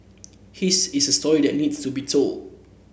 his is a story that needs to be told